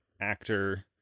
actor